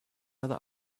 other